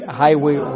highway